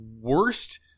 worst